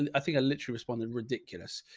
and i think i literally responded ridiculous,